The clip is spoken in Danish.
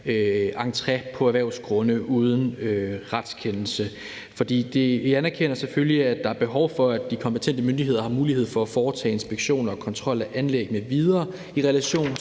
entré på erhvervsgrunde uden retskendelse. Vi anerkender selvfølgelig, at der er behov for, at de kompetente myndigheder har mulighed for at foretage inspektion og kontrol af anlæg m.v. i relation